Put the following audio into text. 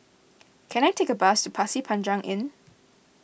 can I take a bus to Pasir Panjang Inn